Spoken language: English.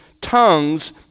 tongues